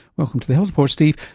welcome to the health report steve.